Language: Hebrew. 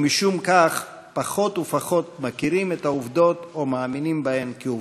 ומשום כך פחות ופחות מכירים את העובדות או מאמינים בהן כעובדות.